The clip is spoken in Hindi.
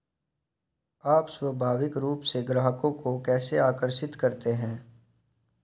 आप स्वाभाविक रूप से ग्राहकों को कैसे आकर्षित करते हैं?